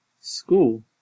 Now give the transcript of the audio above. School